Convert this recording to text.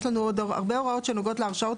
יש לנו עוד הרבה הוראות שנוגעות להרשאות